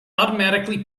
automatically